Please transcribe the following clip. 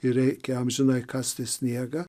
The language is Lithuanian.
ir reikia amžinai kasti sniegą